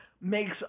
makes